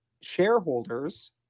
shareholders